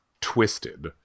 twisted